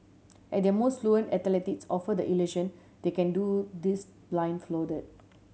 at their most fluent athletes offer the illusion they can do this